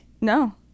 No